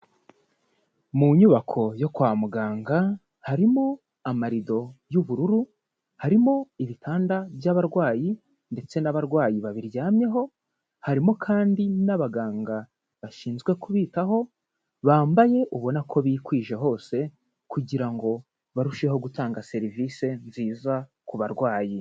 Mu nyubako yo kwa muganga harimo amarido y'ubururu, harimo ibitanda by'abarwayi ndetse n'abarwayi babiryamyeho, harimo kandi n'abaganga bashinzwe kubitaho bambaye ubona ko bikwije hose kugira ngo barusheho gutanga service nziza ku barwayi.